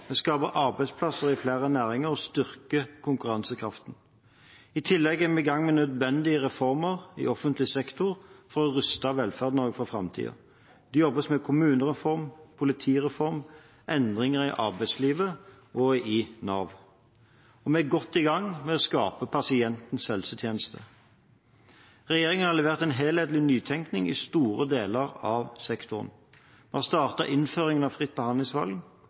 Vi skaper arbeidsplasser i flere næringer og styrker konkurransekraften. I tillegg er vi i gang med nødvendige reformer i offentlig sektor for å ruste Velferds-Norge for framtiden. Det jobbes med kommunereform, politireform og endringer i arbeidslivet og i Nav. Og vi er godt i gang med å skape pasientens helsetjeneste. Regjeringen har levert en helhetlig nytenkning i store deler av sektoren. Vi har startet innføringen av fritt behandlingsvalg.